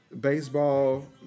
Baseball